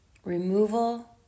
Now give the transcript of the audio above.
Removal